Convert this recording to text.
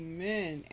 Amen